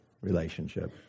relationship